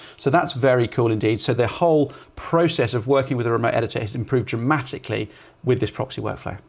so that's very cool indeed. so the whole process of working with a remote editor has improved dramatically with this proxy work flow.